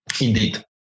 indeed